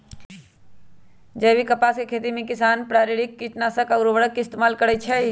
जैविक कपास के खेती में किसान प्राकिरतिक किटनाशक आ उरवरक के इस्तेमाल करई छई